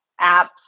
apps